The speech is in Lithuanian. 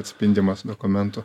atspindimas dokumentų